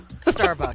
Starbucks